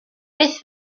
beth